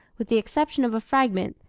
with the exception of a fragment,